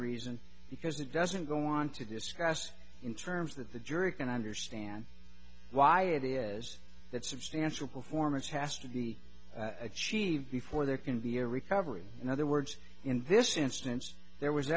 reason because it doesn't go on to discuss in terms that the jury going to understand why it is that substantial performance has to be achieved before there can be a recovery in other words in this instance there was